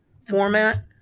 format